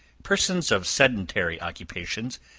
persons of sedentary occupations,